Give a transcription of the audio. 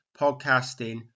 podcasting